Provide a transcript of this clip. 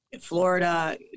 Florida